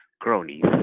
cronies